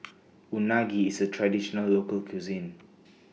Unagi IS A Traditional Local Cuisine